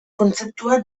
kontzeptua